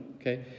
okay